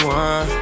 one